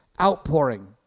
outpouring